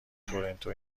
تورنتو